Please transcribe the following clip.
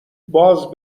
باز